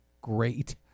great